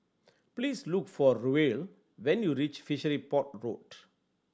please look for Ruel when you reach Fishery Port Road